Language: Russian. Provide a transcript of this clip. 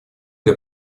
для